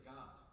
God